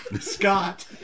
Scott